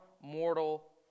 mortal